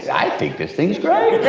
i think this thing's great.